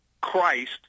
christ